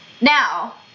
Now